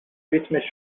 ریتمش